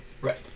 Right